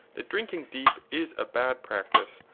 that drinking deep is a bad practice,